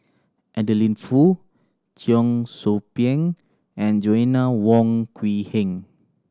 Adeline Foo Cheong Soo Pieng and Joanna Wong Quee Heng